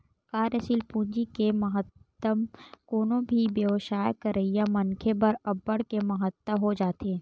कार्यसील पूंजी के महत्तम कोनो भी बेवसाय करइया मनखे बर अब्बड़ के महत्ता हो जाथे